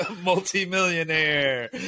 multimillionaire